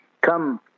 come